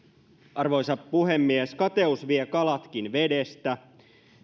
arvoisa puhemies kateus vie kalatkin vedestä